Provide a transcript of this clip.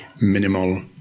minimal